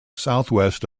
southwest